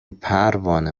پروانه